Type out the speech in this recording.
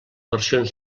versions